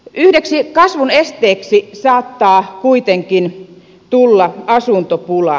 yhdeksi kasvun esteeksi saattaa kuitenkin tulla asuntopula